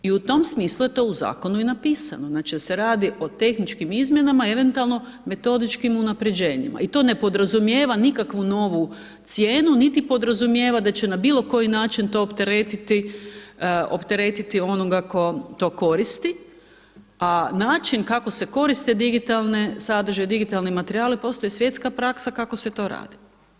I u tom smislu je to u zakonu i napisano, znači da se radi o tehničkim izmjenama i eventualno metodičkim unapređenjima i to ne podrazumijeva nikakvu novu cijenu, niti podrazumijeva da će na bilo koji način to opteretiti, opteretiti onoga ko to koristi, a način kako se koriste digitalni sadržaji, digitalni materijali postoji svjetska praksa kako se to radi.